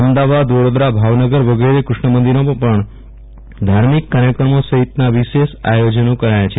અમદાવાદ વડોદરા ભાવનગર વગેરે કૃષ્ણમંદિરોમાં પણ ધાર્મિક કાર્યક્રમો સહિતના વિશેષ આયોજન કરાયા છે